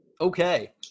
Okay